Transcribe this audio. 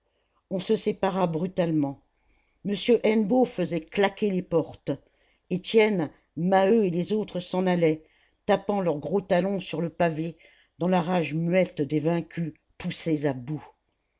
on se sépara brutalement m hennebeau faisait claquer les portes étienne maheu et les autres s'en allaient tapant leurs gros talons sur le pavé dans la rage muette des vaincus poussés à bout